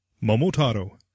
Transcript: Momotaro